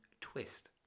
twist